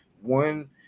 One